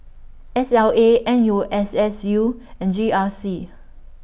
S L A N U S S U and G R C